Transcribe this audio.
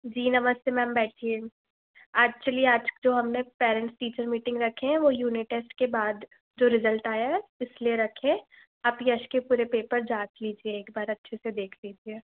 जी नमस्ते मैम बैठिए ऐक्चूअली आज जो हमने पैरेंट्स टीचर मीटिंग रखे हैं वो यूनिट टेस्ट के बाद जो रिज़ल्ट आया है इसलिए रखे हैं आप यश के पूरे पेपर जाँच लीजिए एक बार अच्छे से देख लीजिए